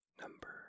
number